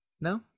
No